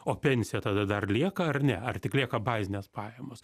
o pensija tada dar lieka ar ne ar tik lieka bazinės pajamos